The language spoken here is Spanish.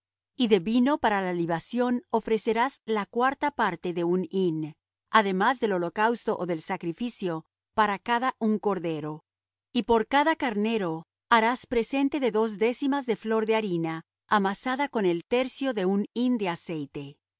y de vino para la libación ofrecerás la cuarta parte de un hin además del holocausto ó del sacrificio por cada un cordero y por cada carnero harás presente de dos décimas de flor de harina amasada con el tercio de un hin de aceite